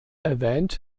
erwähnt